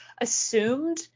assumed